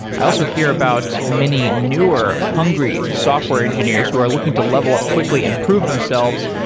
i also hear about many newer, hungry software engineers who are looking to level up quickly and prove themselves